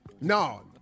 no